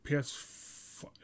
ps